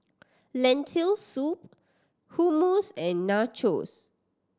Lentil Soup Hummus and Nachos